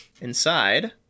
Inside